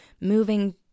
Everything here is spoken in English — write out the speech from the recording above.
moving